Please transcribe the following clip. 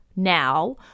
Now